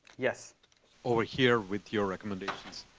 yes over here, with your recommendations,